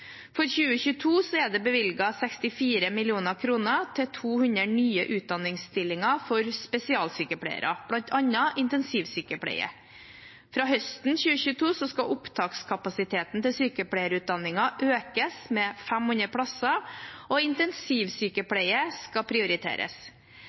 For 2022 er det bevilget 64 mill. kr til 200 nye utdanningsstillinger for spesialsykepleiere, bl.a. intensivsykepleie. Fra høsten 2022 skal opptakskapasiteten til sykepleierutdanningene økes med 500 plasser, og